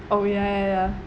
oh ya ya ya